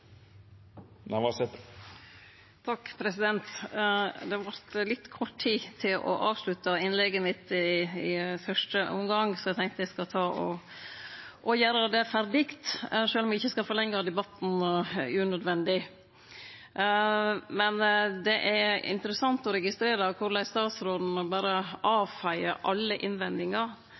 Det vart litt kort tid til å avslutte innlegget mitt i første omgang, så eg tenkte eg skulle gjere det ferdig – sjølv om eg ikkje skal forlengje debatten unødvendig. Det er interessant å registrere korleis statsråden berre avfeiar alle